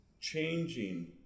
changing